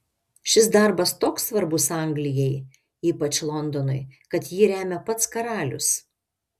šis darbas toks svarbus anglijai ypač londonui kad jį remia pats karalius